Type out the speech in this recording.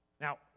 Now